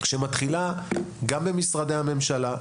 שמתחילה גם במשרדי הממשלה,